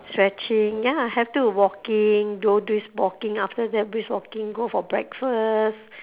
stretching ya have to walking go brisk walking after that brisk walking go for breakfast